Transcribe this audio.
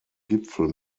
gipfel